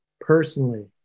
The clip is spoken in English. personally